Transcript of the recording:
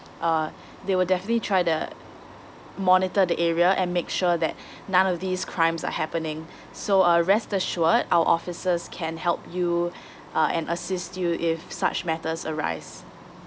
uh they will definitely try to monitor the area and make sure that none of these crimes are happening so uh rest assured our officers can help you uh and assist you if such matters arise